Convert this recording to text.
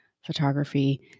photography